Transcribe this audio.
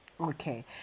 Okay